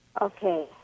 Okay